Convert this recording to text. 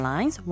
Lines